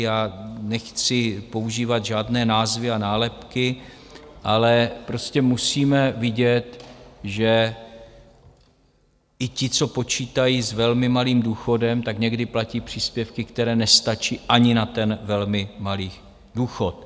Já nechci používat žádné názvy a nálepky, ale prostě musíme vidět, že i ti, co počítají s velmi malým důchodem, tak někdy platí příspěvky, které nestačí ani na ten velmi malý důchod.